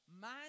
man